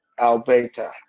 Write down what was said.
Alberta